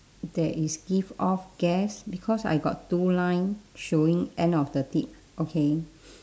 there is give off gas because I got two line showing end of the tip okay